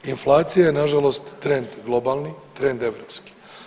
Inflacija je na žalost trend globalni, trend europski.